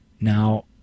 Now